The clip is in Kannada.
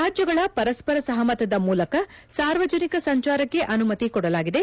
ರಾಜ್ಯಗಳ ಪರಸ್ಪರ ಸಹಮತದ ಮೂಲಕ ಸಾರ್ವಜನಿಕ ಸಂಚಾರಕ್ಕೆ ಅನುಮತಿ ಕೊಡಲಾಗಿದೆ